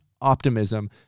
optimism